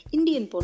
Indian